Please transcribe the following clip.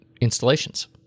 installations